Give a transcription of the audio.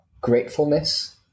gratefulness